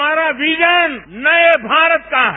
हमारा विजन नए भारत का है